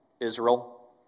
Israel